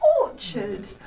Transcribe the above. Orchard